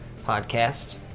podcast